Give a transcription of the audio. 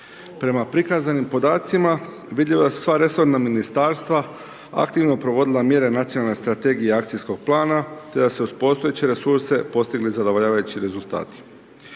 Prema prikazanim podacima vidljiva su sva resorna ministarstva, aktivno provodila mjere Nacionalne strategije i akcijskog plana te da su se uz postojeće resurse postigli zadovoljavajući rezultati.